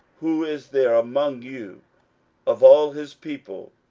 who is there among you of all his people?